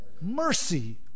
Mercy